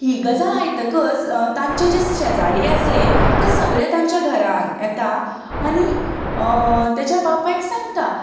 ही गजाल आयकतकच तांचे जे शेजारी आसले ते सगले तांच्या घरांत येता आनी ताच्या बापायक सांगता